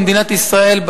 במדינת ישראל,